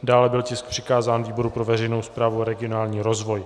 Dále byl tisk přikázán výboru pro veřejnou správu a regionální rozvoj.